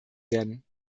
werden